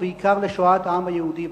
ובעיקר שואת העם היהודי.